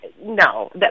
no